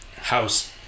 house